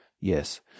Yes